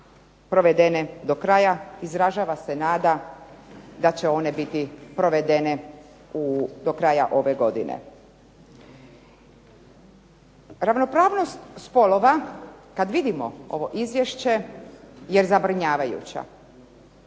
provedene do kraja, izražava se nada da će one biti provedene do kraja ove godine. Ravnopravnost spolova kad vidimo ovo izvješće je zabrinjavajuća,